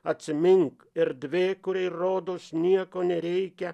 atsimink erdvė kuriai rodos nieko nereikia